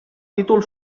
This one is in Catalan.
títol